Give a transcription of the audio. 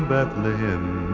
Bethlehem